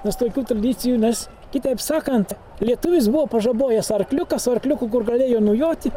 mes tokių tradicijų nes kitaip sakant lietuvis buvo pažabojęs arkliuką su arkliuku kur galėjo nujoti